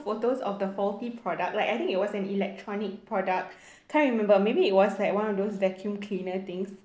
photos of the faulty product like I think it was an electronic product can't remember maybe it was like one of those vacuum cleaner things